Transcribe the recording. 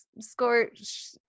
scorch